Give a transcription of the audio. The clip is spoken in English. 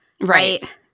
Right